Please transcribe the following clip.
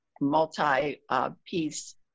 multi-piece